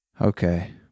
Okay